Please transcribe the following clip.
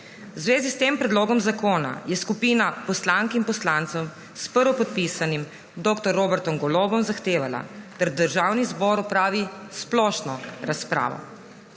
V zvezi s tem predlogom zakona je skupina poslank in poslancev s prvopodpisanim dr. Robertom Golobom zahtevala, da Državni zbor opravi splošno razpravo.